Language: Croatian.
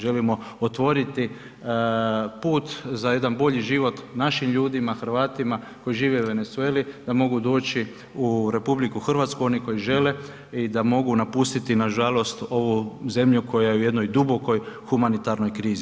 Želimo otvoriti put za jedan bolji život našim ljudima, Hrvatima koji žive u Venezueli da mogu doći u RH oni koji žele i da mogu napustiti nažalost ovu zemlju koja je u jednoj dubokoj humanitarnoj krizi.